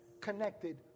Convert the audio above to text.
Connected